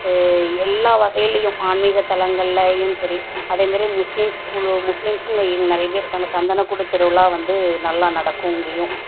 எல்லா வகையிலையும் ஆன்மீகத்தலங்கள்லையும் சரி அதேமாரி முஸ்லீம் ஸ்கூல் முஸ்லீஸுங்க இங்கே நிறைய பேர் இருக்காங்க சந்தனக்கூடு திருவிழா வந்து நல்லா நடக்கும் இங்கேயும்